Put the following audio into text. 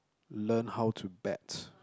learn how to bat